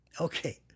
Okay